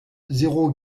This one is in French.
zéro